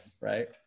Right